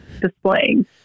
displaying